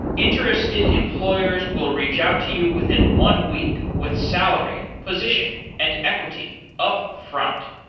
interested employers will reach out to you within one week with salary, position, and equity upfront.